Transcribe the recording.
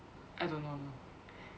I don't know